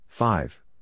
Five